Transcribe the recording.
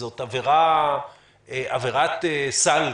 שזו עבירת סל,